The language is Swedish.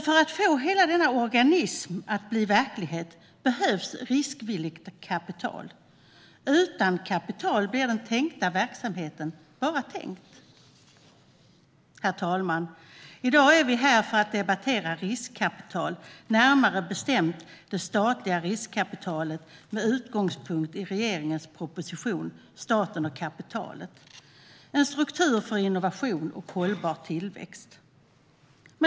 För att få hela denna organism att bli verklighet behövs riskvilligt kapital. Utan kapital blir den tänkta verksamheten bara tänkt. Herr talman! I dag är vi här för att debattera riskkapital, närmare bestämt det statliga riskkapitalet med utgångspunkt i regeringens proposition Staten och kapitalet - struktur för finansiering av innovation och hållbar tillväxt .